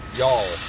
y'all